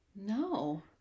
no